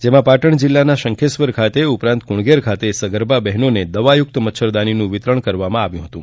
જેમાં પાટણ જિલ્લાના શંખેશ્વર ખાતે ઉપરાંત કુણધેર ખાતે સગર્ભાબહેનોને દવાયુક્ત મચ્છરદાનીનું વિતરણ કરવામાં આવ્યું હતું